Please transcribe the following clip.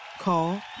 Call